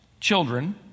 children